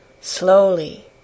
slowly